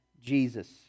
Jesus